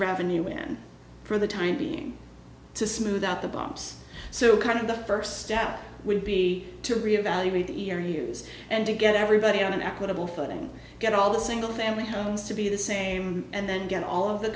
revenue when for the time being to smooth out the bumps so kind of the first step would be to reevaluate the ear use and to get everybody on an equitable footing get all the single family homes to be the same and then get all of the